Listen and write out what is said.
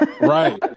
Right